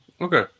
Okay